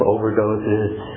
Overdoses